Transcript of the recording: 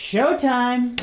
Showtime